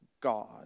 God